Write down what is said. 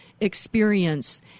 experience